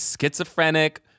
schizophrenic